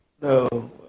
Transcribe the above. no